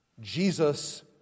Jesus